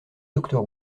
doctor